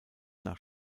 nach